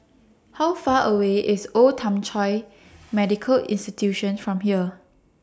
How Far away IS Old Thong Chai Medical Institution from here